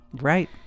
Right